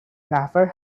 never